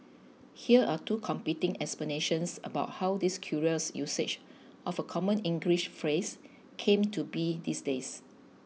here are two competing explanations about how this curious usage of a common English phrase came to be these days